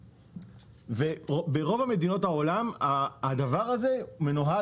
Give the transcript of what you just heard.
ברוב מדינות העולם הדבר הזה מנוהל